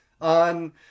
on